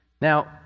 Now